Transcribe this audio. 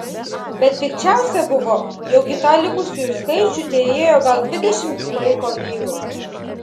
bet pikčiausia buvo jog į tą likusiųjų skaičių teįėjo gal dvidešimt paiko vyrų